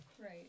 Right